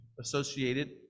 associated